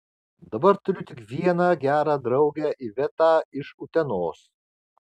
dabar turiu tik vieną gerą draugę ivetą iš utenos